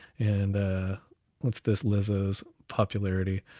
and what's this lizzo's popularity?